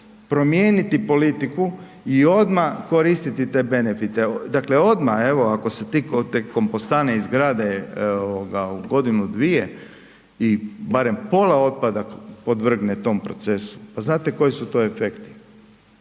promijeniti politiku i odmah koristiti te benefite, dakle odmah evo ako se te kompostane izgrade ovoga u godinu, dvije i barem pola otpada podvrgne tom procesu, pa znate koji su to efekti,